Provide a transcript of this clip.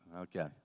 Okay